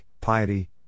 piety